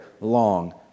long